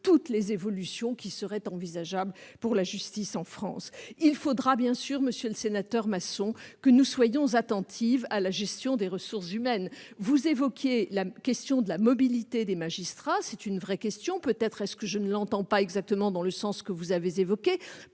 toutes les évolutions qui seraient envisageables pour la justice en France. Il faudra, bien sûr, monsieur le sénateur Masson, que nous soyons attentifs à la gestion des ressources humaines. Vous évoquiez la question de la mobilité des magistrats. C'est une vraie question, même si je ne l'entends pas exactement dans le sens que vous avez évoqué.